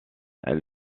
elle